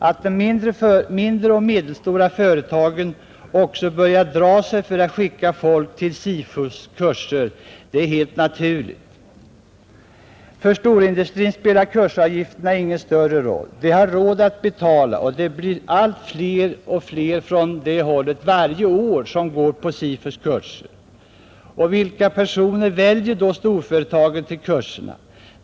Att de mindre och medelstora företagen också börjar dra sig för att skicka folk till SIFU-kurser är helt naturligt. För storindustrin spelar kursavgifterna ingen större roll. Den har råd att betala, och det kommer allt fler från det hållet på SIFU:s kurser för varje år som går. Och vilka personer väljer då företagen till kurserna?